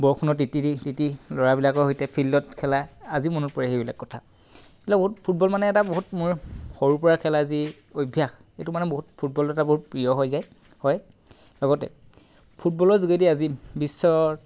বৰষুণত তিতি তিতি ল'ৰাবিলাকৰ সৈতে ফিল্ডত খেলা আজিও মনত পৰে সেইবিলাক কথা সেইবিলাক বহুত ফুটবল মানে এটা বহুত মোৰ সৰু পৰা খেলা যি অভ্যাস এইটো মানে বহুত ফুটবল এটা প্ৰিয় হৈ যায় হয় লগতে ফুটবলৰ যোগেদি আজি বিশ্বত